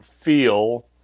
feel